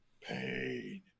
Pain